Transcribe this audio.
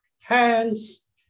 hands